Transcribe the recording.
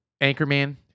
Anchorman